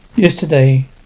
Yesterday